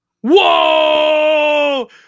Whoa